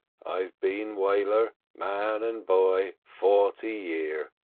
i've been whaler man and boy forty year,